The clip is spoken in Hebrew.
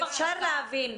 אפשר להבין,